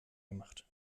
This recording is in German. gemacht